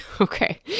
okay